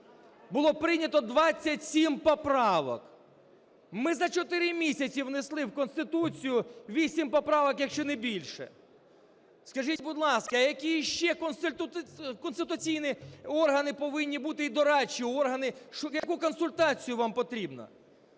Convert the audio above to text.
було прийнято 27 поправок. Ми за чотири місяці внесли в Конституцію вісім поправок, якщо не більше. Скажіть, будь ласка, які ще конституційні органи повинні бути і дорадчі органи, яку консультацію вам потрібно?